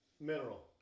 Mineral